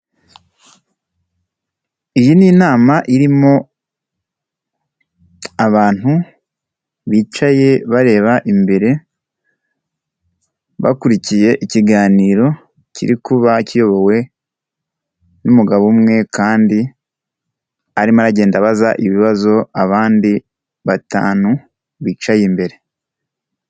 Iyi ni inama irimo abantu bicaye bareba imbere, bakurikiye ikiganiro kiri kuba kiyobowe n'umugabo umwe kandi arimo aragenda abaza ibibazo abandi batanu bicaye imbere.